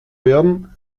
werden